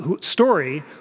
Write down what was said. Story